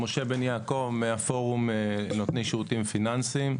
משה בן יעקב, מהפורום לנותני שירותים פיננסיים.